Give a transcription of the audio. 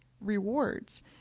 rewards